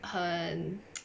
很